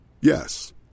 Yes